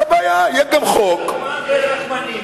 רחמנים.